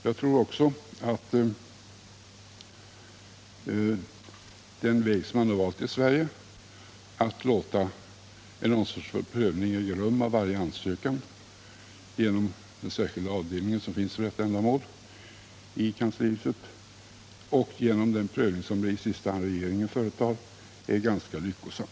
Jag tror också att den väg som vi valt i Sverige, att låta en ansvarsfull prövning äga rum av varje ansökan genom den särskilda avdelning som finns för detta ändamål i kanslihuset och i sista hand regeringen är ganska lyckosam.